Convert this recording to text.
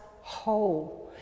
whole